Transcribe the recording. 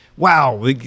wow